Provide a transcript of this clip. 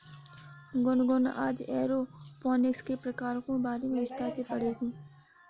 गुनगुन आज एरोपोनिक्स के प्रकारों के बारे में विस्तार से पढ़ेगी